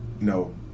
no